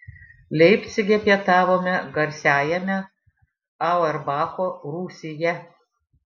leipcige pietavome garsiajame auerbacho rūsyje